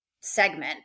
segment